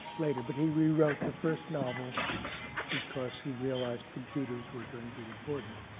later. but he rewrote the first novel because he realized computers were going to be important.